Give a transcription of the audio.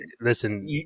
listen